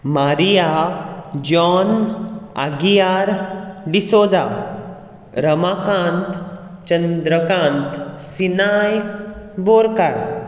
Maria John Aguiar D'Souza Ramakant Chandrakant Sinai Borkar